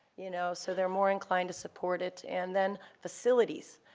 you know, so they're more inclined to support it. and then, facilities.